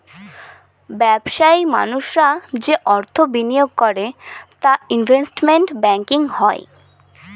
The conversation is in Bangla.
ব্যবসায়ী মানুষরা যে অর্থ বিনিয়োগ করে তা ইনভেস্টমেন্ট ব্যাঙ্কিং হয়